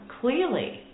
clearly